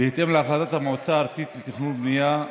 בהתאם להחלטת המועצה הארצית לתכנון ובנייה,